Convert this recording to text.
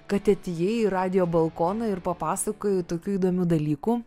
kad atėjai į radijo balkoną ir papasakojai tokių įdomių dalykų